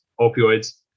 opioids